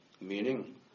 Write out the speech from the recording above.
Meaning